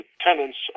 tenants